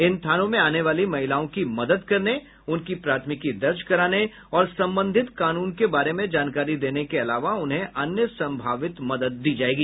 इन थानों में आने वाली महिलाओं की मदद करने प्राथमिकी दर्ज कराने और संबंधित कानून के बारे में जानकारी देने के अलावा उन्हें अन्य सम्भावित मदद दी जायेगी